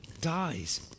dies